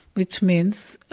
which means